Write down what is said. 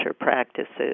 practices